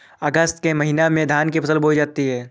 अगस्त के महीने में धान की फसल बोई जाती हैं